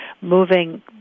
moving